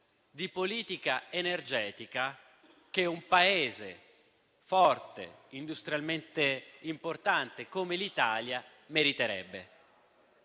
di politica energetica che un Paese forte e industrialmente importante come l'Italia meriterebbe.